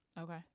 Okay